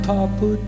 Papa